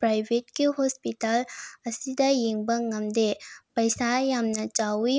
ꯄ꯭ꯔꯥꯏꯚꯦꯠꯀꯤ hospital ꯑꯁꯤꯗ ꯌꯦꯡꯕ ꯉꯝꯗꯦ ꯄꯩꯁꯥ ꯌꯥꯝꯅ ꯆꯥꯎꯋꯤ